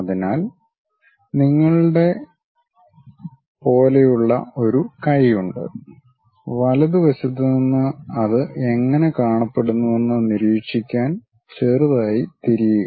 അതിനാൽ നിങ്ങളുടെ പോലെയുള്ള ഒരു കൈയുണ്ട് വലതുവശത്ത് നിന്ന് അത് എങ്ങനെ കാണപ്പെടുന്നുവെന്ന് നിരീക്ഷിക്കാൻ ചെറുതായി തിരിയുക